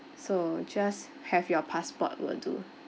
so just have your passport will do